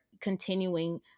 continuing